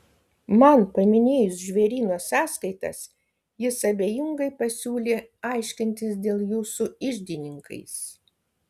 man paminėjus žvėryno sąskaitas jis abejingai pasiūlė aiškintis dėl jų su iždininkais